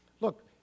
Look